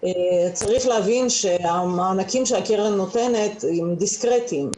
צריך להבין שהמענקים שהקרן נותנת הם דיסקרטיים,